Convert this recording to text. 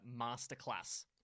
Masterclass